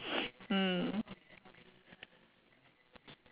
mm